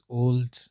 old